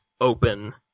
open